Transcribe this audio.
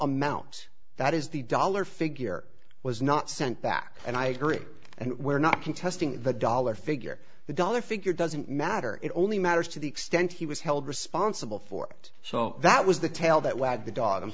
amount that is the dollar figure was not sent back and i agree and we're not contesting the dollar figure the dollar figure doesn't matter it only matters to the extent he was held responsible for it so that was the t